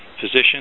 physician